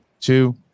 two